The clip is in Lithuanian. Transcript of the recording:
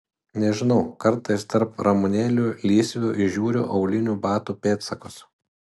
nežinau kartais tarp ramunėlių lysvių įžiūriu aulinių batų pėdsakus